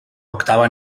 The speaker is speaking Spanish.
octava